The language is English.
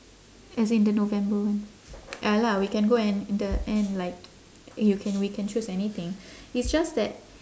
as in the november one ya lah we can go and the end like you can we can choose anything it's just that